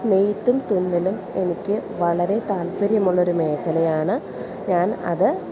നെയ്ത്തും തുന്നലും എനിക്ക് വളരെ താല്പര്യമുള്ളൊരു മേഖലയാണ് ഞാൻ അത്